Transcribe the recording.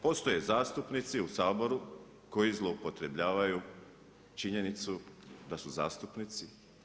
Postoje zastupnici u Saboru koji zloupotrebljavaju činjenicu da su zastupnici.